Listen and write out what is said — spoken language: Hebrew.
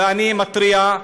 ואני מתריע,